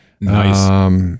Nice